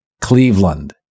Cleveland